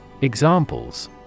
examples